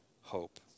hope